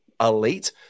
elite